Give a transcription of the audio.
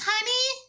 Honey